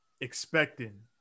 expecting